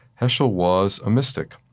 heschel was a mystic.